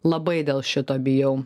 labai dėl šito bijau